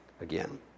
again